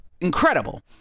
incredible